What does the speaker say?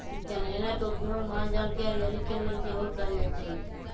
जनेरा के उपयोग माल जाल के हरियरी के लेल सेहो कएल जाइ छइ